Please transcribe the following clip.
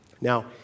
Now